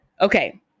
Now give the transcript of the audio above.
Okay